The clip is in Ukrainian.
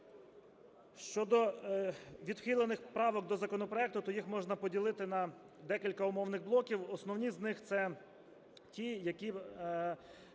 Щодо відхилених правок до законопроекту, то їх можна поділити на декілька умовних блоків. Основні з них – це ті, які